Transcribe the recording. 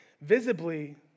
visibly